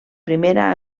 primera